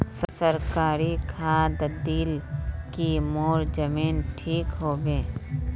सरकारी खाद दिल की मोर जमीन ठीक होबे?